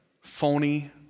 phony